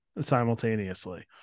simultaneously